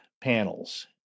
panels